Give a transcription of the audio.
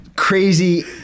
crazy